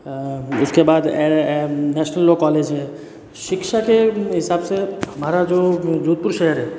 जिसके बाद N M national law college है शिक्षा के हिसाब से हमारा जो जोधपुर शहर है